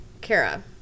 Kara